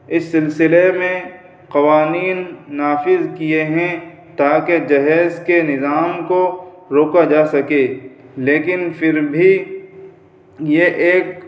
اس سلسلے میں قوانین نافذ کیے ہیں تاکہ جہیز کے نظام کو روکا جا سکے لیکن پھر بھی یہ ایک